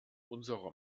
unserer